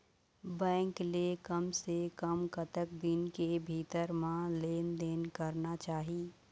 Bank ले कम से कम कतक दिन के भीतर मा लेन देन करना चाही?